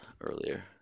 Earlier